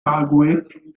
paraguay